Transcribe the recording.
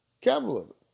capitalism